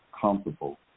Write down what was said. comfortable